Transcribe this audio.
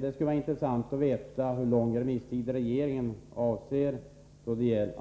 Det skulle vara intressant att få veta hur lång remisstid regeringen avser